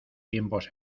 tiempos